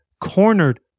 cornered